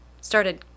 started